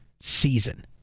season